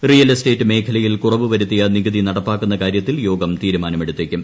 real estate മേഖലയിൽ കുറവ് വരുത്തിയ നികുതി നടപ്പാക്കുന്ന കാര്യൂത്തിൽ ് യോഗം തീരുമാനമെടുത്തേക്കും